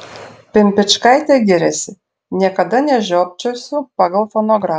pimpičkaitė giriasi niekada nežiopčiosiu pagal fonogramą